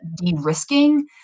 de-risking